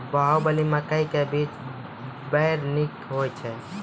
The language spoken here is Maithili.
बाहुबली मकई के बीज बैर निक होई छै